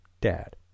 dad